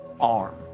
arm